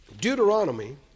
Deuteronomy